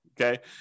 Okay